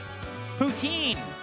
Poutine